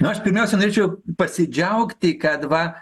na aš pirmiausia norėčiau pasidžiaugti kad va